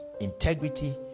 integrity